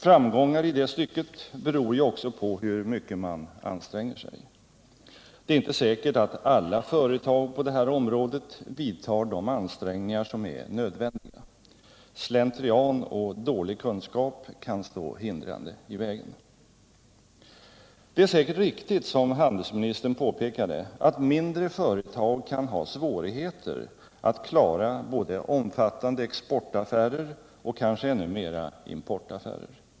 Framgångar i det stycket beror ju också på hur mycket man anstränger sig. Det är inte säkert att alla företag på det här området gör de ansträngningar som är nödvändiga. Slentrian och dålig kunskap kan stå hindrande i vägen. de socialistiska länderna Om åtgärder för ökad handel med de socialistiska länderna 50 Det är säkert riktigt, som handelsministern påpekade, att mindre företag kan ha svårigheter att klara både omfattande cxportaffärer och kanske ännu mera importaffärer.